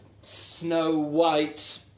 snow-white